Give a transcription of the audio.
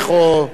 חסרי ישע.